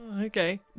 Okay